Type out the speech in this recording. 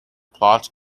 plots